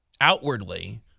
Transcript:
outwardly